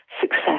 success